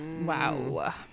wow